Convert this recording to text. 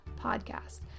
podcast